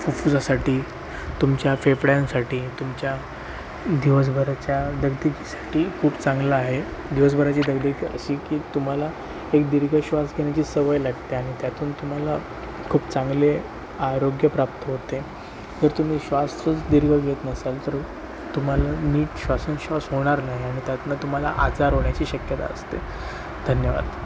फुफ्फुसासाठी तुमच्या फेफड्यांसाठी तुमच्या दिवसभराच्या दगदगीसाठी खूप चांगला आहे दिवसभराची दगदग अशी की तुम्हाला एक दीर्घ श्वास घेण्याची सवय लागते आणि त्यातून तुम्हाला खूप चांगले आरोग्य प्राप्त होते जर तुम्ही श्वासच दीर्घ घेत नसाल तर तुम्हाला नीट श्वासोच्छवास होणार नाही आणि त्यातनं तुम्हाला आजार होण्याची शक्यता असते धन्यवाद